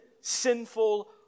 sinful